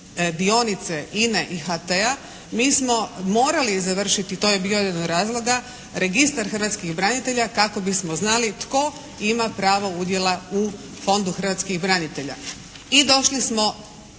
dionice INA-e i HT-a mi smo morali završiti, to je bio jedan od razloga, registar hrvatskih branitelja kako bismo znali tko ima pravo udjela u Fondu hrvatskih branitelja. I došli smo